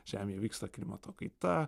žemėje vyksta klimato kaita